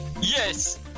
Yes